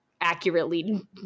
accurately